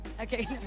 Okay